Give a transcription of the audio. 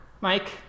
Mike